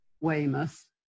Weymouth